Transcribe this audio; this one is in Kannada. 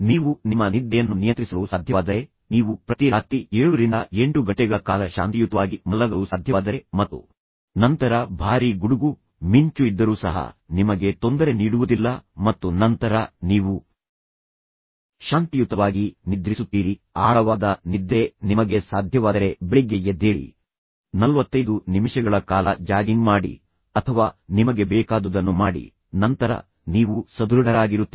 ನೀವು ನಿಮ್ಮ ನಿದ್ರೆಯನ್ನು ನಿಯಂತ್ರಿಸಲು ಸಾಧ್ಯವಾದರೆ ನೀವು ಪ್ರತಿ ರಾತ್ರಿ 7 ರಿಂದ 8 ಗಂಟೆಗಳ ಕಾಲ ಶಾಂತಿಯುತವಾಗಿ ಮಲಗಲು ಸಾಧ್ಯವಾದರೆ ಮತ್ತು ನಂತರ ಭಾರೀ ಗುಡುಗು ಮಿಂಚು ಇದ್ದರೂ ಸಹ ನಿಮಗೆ ತೊಂದರೆ ನೀಡುವುದಿಲ್ಲ ಮತ್ತು ನಂತರ ನೀವು ಶಾಂತಿಯುತವಾಗಿ ನಿದ್ರಿಸುತ್ತೀರಿ ಆದ್ದರಿಂದ ನಿದ್ರೆ ಆಳವಾದ ನಿದ್ರೆ ನಿಮಗೆ ಸಾಧ್ಯವಾದರೆ ಬೆಳಿಗ್ಗೆ ಎದ್ದೇಳಿ ನಲ್ವತ್ತೈದು ನಿಮಿಷಗಳ ಕಾಲ ಜಾಗಿಂಗ್ ಮಾಡಿ ಅಥವಾ ನಿಮಗೆ ಬೇಕಾದುದನ್ನು ಮಾಡಿ ನಂತರ ನೀವು ಸದೃಢರಾಗಿರುತ್ತೀರಿ